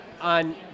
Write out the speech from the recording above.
on